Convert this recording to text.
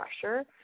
pressure